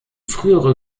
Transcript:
frühere